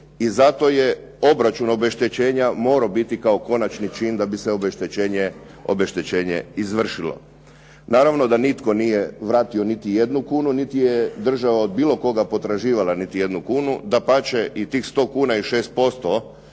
i zato je obračun obeštećenja morao biti kao konačni čin da bi se obeštećenje izvršilo. Naravno da nitko nije vratio niti jednu kunu niti je država od bilo koga potraživala niti jednu kunu. Dapače, i tih 100 kuna i 6%